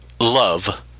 Love